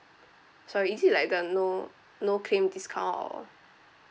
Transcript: sorry is it like the no no claim discount or